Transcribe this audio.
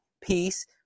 peace